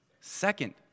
second